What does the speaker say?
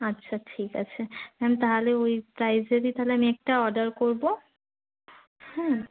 আচ্ছা ঠিক আছে ম্যাম তাহলে ঐ প্রাইসেরই তাহলে আমি একটা অর্ডার করব হ্যাঁ